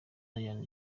iryn